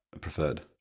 preferred